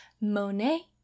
Monet